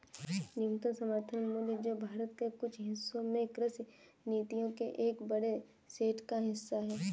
न्यूनतम समर्थन मूल्य जो भारत के कुछ हिस्सों में कृषि नीतियों के एक बड़े सेट का हिस्सा है